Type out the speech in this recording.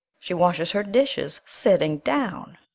she washes her dishes sitting down.